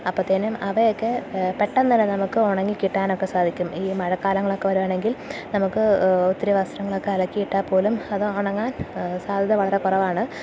അപ്പോഴത്തേനും അവയൊക്കെ പെട്ടെന്നു തന്നെ നമുക്ക് ഉണങ്ങിക്കിട്ടാനൊക്കെ സാധിക്കും ഈ മഴക്കാലങ്ങളൊക്കെ വരുകയാണെങ്കിൽ നമുക്ക് ഒത്തിരി വസ്ത്രങ്ങളൊക്കെ അലക്കിയിട്ടാല് പോലും അത് ഉണങ്ങാൻ സാധ്യത വളരെ കുറവാണ്